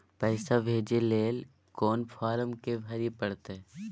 पैसा भेजय लेल कोन फारम के भरय परतै?